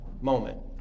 moment